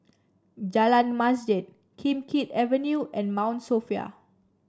Jalan Masjid Kim Keat Avenue and Mount Sophia